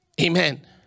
Amen